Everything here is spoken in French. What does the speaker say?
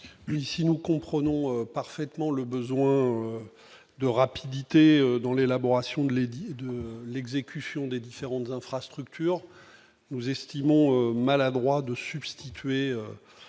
Ici, nous comprenons parfaitement le besoin de rapidité dans l'élaboration de l'édit de l'exécution des différents de l'infrastructure, nous estimons maladroit de substituer